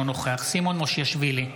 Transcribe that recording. אינו נוכח סימון מושיאשוילי,